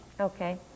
Okay